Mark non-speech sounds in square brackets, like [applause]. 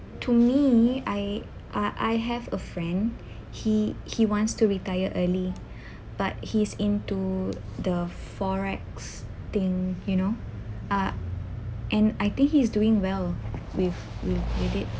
to me I I I have a friend he he wants to retire early [breath] but he's into the forex thing you know uh and I think he's doing well with with with it